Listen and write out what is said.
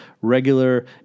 regular